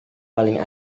paling